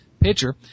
pitcher